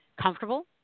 comfortable